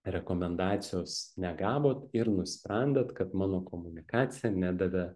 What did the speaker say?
rekomendacijos negavot ir nusprendėt kad mano komunikacija nedavė